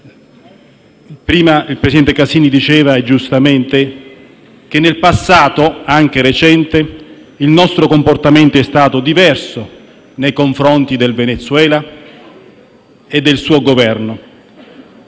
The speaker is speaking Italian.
Prima il presidente Casini diceva giustamente che nel passato, anche recente, il nostro comportamento è stato diverso nei confronti del Venezuela e del suo Governo.